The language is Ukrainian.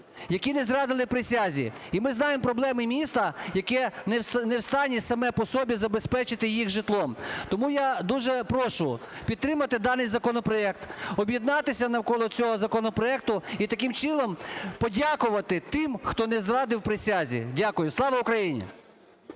які не зрадили присязі. І ми знаємо проблеми міста, яке не в стані саме по собі забезпечити їх житлом. Тому я дуже прошу підтримати даний законопроект, об'єднатися навколо цього законопроекту, і таким чином подякувати тим, хто не зрадив присязі. Дякую. Слава Україні!